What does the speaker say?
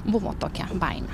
buvo tokia baimė